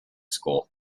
school